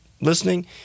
listening